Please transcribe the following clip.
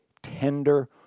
Tender